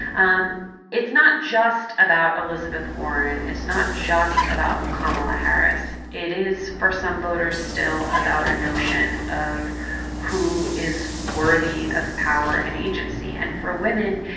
um it's not just about elizabeth warren. it's not just about kamala harris. it is, for some voters, still about a notion of who is worthy of power and agency and for women,